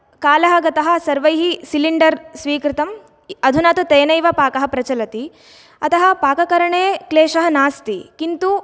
कालः गतः सर्वैः सिलिण्डर् स्वीकृतम् अधुना तु तेनैव पाकः प्रचलति अतः पाककरणे क्लेशः नास्ति किन्तु